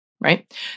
right